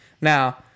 now